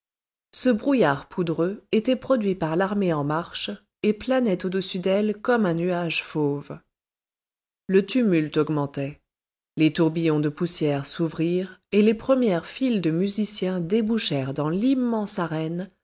ce brouillard poudreux était produit par l'armée en marche et planait au-dessus d'elle comme un nuage fauve le tumulte augmentait les tourbillons de poussière s'ouvrirent et les premières files de musiciens débouchèrent dans l'immense arène